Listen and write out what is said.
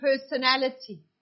personality